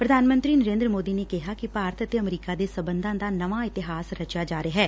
ਪ੍ਰਧਾਨ ਮੰਤਰੀ ਨਰੇਂਦਰ ਮੋਦੀ ਨੇ ਕਿਹਾ ਕਿ ਭਾਰਤ ਅਤੇ ਅਮਰੀਕਾ ਦੇ ਸਬੰਧਾਂ ਦਾ ਨਵਾਂ ਇਤਿਹਾਸ ਰਚਿਆ ਜਾ ਰਿਹੈ